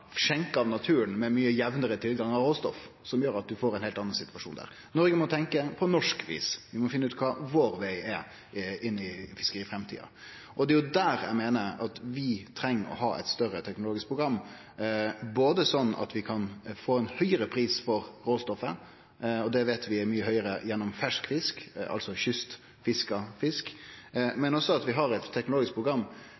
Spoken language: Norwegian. mykje jamnare tilgang på råstoff, noko som gjer at ein får ein heilt annan situasjon der. Noreg må tenkje på norsk vis, vi må finne ut kva vår veg er inn i fiskeriframtida. Det er jo der eg meiner at vi treng å ha eit større teknologisk program, sånn at vi kan få ein høgare pris for råstoffet – den veit vi er mykje høgare for fersk fisk, altså kystfiska fisk